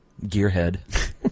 gearhead